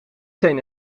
zijn